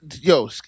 yo